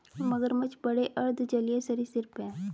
मगरमच्छ बड़े अर्ध जलीय सरीसृप हैं